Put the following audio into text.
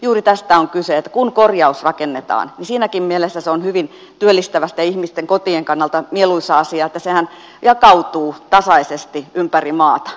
juuri tästä on kyse että kun korjausrakennetaan niin siinäkin mielessä se on hyvin työllistävä ihmisten kotien kannalta mieluisa asia että sehän jakautuu tasaisesti ympäri maata